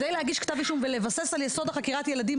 כדי להגיש כתב אישום ולבסס על יסוד חקירת הילדים